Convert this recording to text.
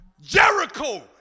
Jericho